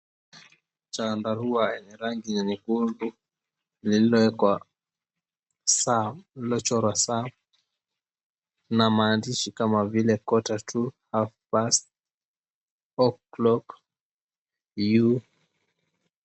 Chandarua yenye rangi nyekundu lililoweka saa lililochorwa saa na maandishi kama vile quarter to, half past, o'clock, you .